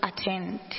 attend